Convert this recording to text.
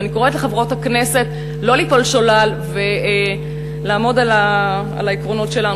ואני קוראת לחברות הכנסת לא ללכת שולל ולעמוד על העקרונות שלנו,